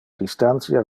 distantia